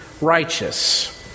righteous